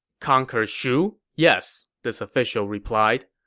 conquering shu? yes, this official replied,